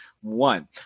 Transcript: One